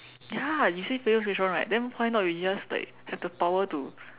ya you say favourite restaurant right then why not you just like have the power to